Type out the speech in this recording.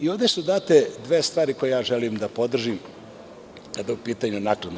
Ovde su date dve stvari koje želim da podržim kada je u pitanju naknada.